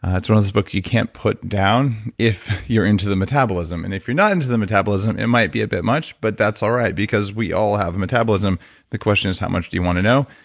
it's one of those books you can't put down if you're into the metabolism and if you're not into the metabolism it might be a bit much but that's all right because we all have metabolism the question is how much do you want to know?